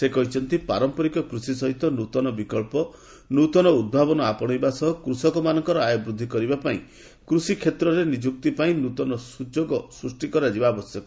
ସେ କହିଛନ୍ତି ପାରମ୍ପରିକ କୃଷି ସହିତ ନୃତନ ବିକ୍ସବ ନୃତନ ଉଦ୍ଭାବନ ଅପଶେଇବା ସହ କୃଷକମାନଙ୍କର ଆୟ ବୃଦ୍ଧି କରିବାପାଇଁ କୃଷିକ୍ଷେତ୍ରରେ ନିଯୁକ୍ତିପାଇଁ ନୃତନ ସୁଯୋଗ ସୃଷ୍ଟି କରାଯିବା ଆବଶ୍ୟକ